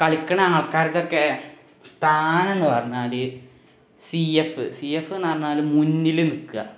കളിക്കുന്ന ആൾക്കാര്തൊക്കെ സ്ഥാനം എന്ന് പറഞ്ഞാൽ സി എഫ് സി എഫ് എന്നുപറഞ്ഞാൽ മുന്നിൽ നിൽക്കുക